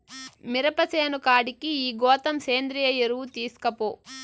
మిరప సేను కాడికి ఈ గోతం సేంద్రియ ఎరువు తీస్కపో